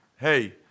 hey